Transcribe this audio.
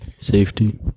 safety